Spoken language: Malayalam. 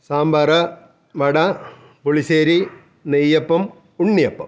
സാമ്പാറ് വട പുളിശ്ശേരി നെയ്യപ്പം ഉണ്ണിയപ്പം